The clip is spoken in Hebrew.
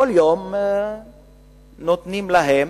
כל יום נותנים להם,